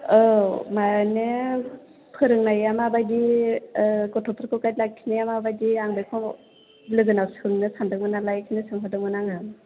औ माने फोरोंनाया माबायदि गथ'फोरखौ गाइड लाखिनाया मा बायदि आं बेखौ लोगोनाव सोंनो सानदोंमोन नालाय बेखौनो सोंहरदोंमोन आङो